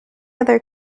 other